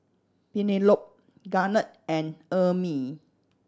Penelope Garnett and Ermine